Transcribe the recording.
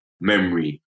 memory